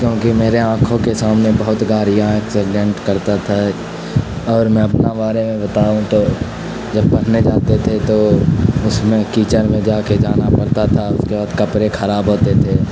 کیونکہ میرے آنکھوں کے سامنے بہت گاڑیاں ایکسیڈینٹ کرتا تھا اور میں اپنا بارے میں بتاؤں تو جب پڑھنے جاتے تھے تو اس میں کیچڑ میں جا کے جانا پڑتا تھا اس کے بعد کپڑے خراب ہوتے تھے